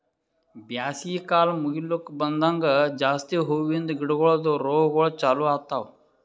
ಬ್ಯಾಸಗಿ ಕಾಲ್ ಮುಗಿಲುಕ್ ಬಂದಂಗ್ ಜಾಸ್ತಿ ಹೂವಿಂದ ಗಿಡಗೊಳ್ದು ರೋಗಗೊಳ್ ಚಾಲೂ ಆತವ್